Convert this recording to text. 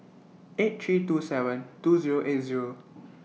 eight three two seven two Zero eight Zero